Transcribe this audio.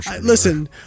listen